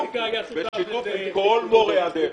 בשיתוף עם כל מורי הדרך.